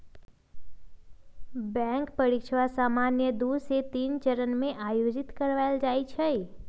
bank परीकछा सामान्य दू से तीन चरण में आयोजित करबायल जाइ छइ